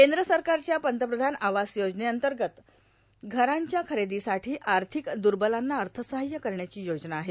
केंद्र सरकारच्या पंतप्रधान आवास योजनेअंतर्गत घरांच्या खरेदीसाठी आर्थिक दुर्बलांना अर्थसहाय्य करण्याची योजना आहे